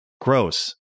Gross